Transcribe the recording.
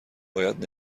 باید